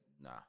nah